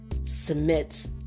Submit